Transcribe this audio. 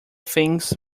things